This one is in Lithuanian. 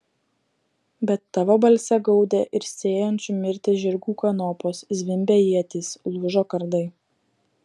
bet tavo balse gaudė ir sėjančių mirtį žirgų kanopos zvimbė ietys lūžo kardai